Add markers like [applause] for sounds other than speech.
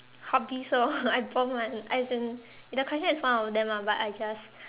hobbies lor [laughs] I bomb [one] as in the question is one of them ah but I just